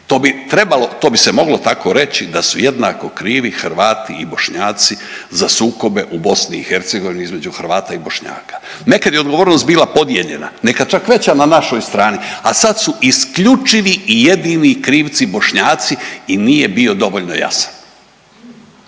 to bi se moglo tako reći da su jednako krivi Hrvati i Bošnjaci za sukobe u BiH između Hrvata i Bošnjaka. Nekad je odgovornost bila podijeljena. Nekad čak veća na našoj strani, a sad su isključivi i jedini krivci Bošnjaci i nije bio dovoljno jasan.